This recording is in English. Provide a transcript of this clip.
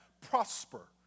prosper